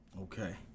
Okay